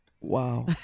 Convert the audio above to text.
wow